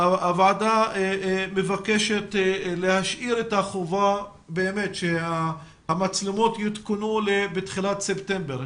הוועדה מבקשת להשאיר את החובה ושהמצלמות יותקנו בתחילת חודש ספטמבר.